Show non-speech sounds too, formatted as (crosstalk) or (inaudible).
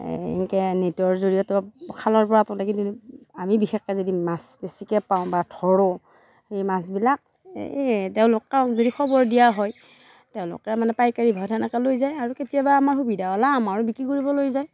এনেকৈ নেটৰ জৰিয়তেও খালৰপৰা (unintelligible) আমি বিশেষকৈ যদি মাছ বেছিকৈ পাওঁ বা ধৰোঁ সেই মাছবিলাক এই তেওঁলোকক যদি খবৰ দিয়া হয় তেওঁলোকে মানে পাইকাৰি ভাড়াত সেনেকৈ লৈ যায় আৰু কেতিয়াবা আমাৰ সুবিধা হ'লে আমাৰো বিক্ৰী কৰিব লৈ যায়